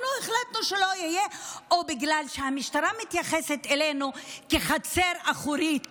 אנחנו החלטנו שלא יהיו או בגלל שהמשטרה מתייחסת אלינו כחצר אחורית